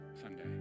sunday